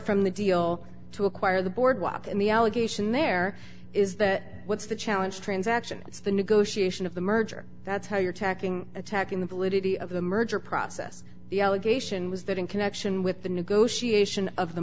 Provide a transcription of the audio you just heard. from the deal to acquire the boardwalk and the allegation there is that what's the challenge transaction it's the negotiation of the merger that's how you're tacking attacking the validity of the merger process the allegation was that in connection with the negotiation of the